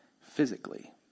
physically